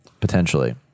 potentially